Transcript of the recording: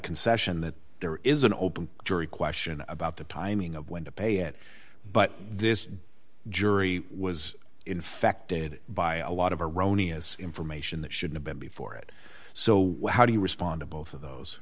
concession that there is an open jury question about the timing of when to pay it but this jury was infected by a lot of a roni as information that should have been before it so how do you respond to both of those